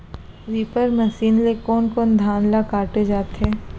Reaper machine ले कोन कोन धान ल काटे जाथे?